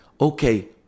okay